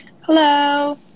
Hello